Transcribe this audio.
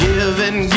Giving